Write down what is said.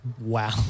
wow